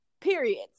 periods